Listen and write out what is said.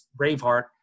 braveheart